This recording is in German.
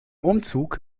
umzug